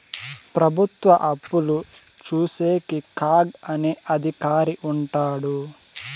ప్రభుత్వ అప్పులు చూసేకి కాగ్ అనే అధికారి ఉంటాడు